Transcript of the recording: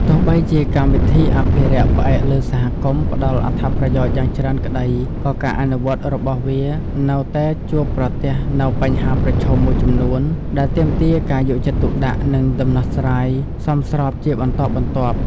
ទោះបីជាកម្មវិធីអភិរក្សផ្អែកលើសហគមន៍ ផ្ដល់អត្ថប្រយោជន៍យ៉ាងច្រើនក្ដី ក៏ការអនុវត្តរបស់វានៅតែជួបប្រទះនូវបញ្ហាប្រឈមមួយចំនួន ដែលទាមទារការយកចិត្តទុកដាក់ និងដំណោះស្រាយសមស្របជាបន្តបន្ទាប់។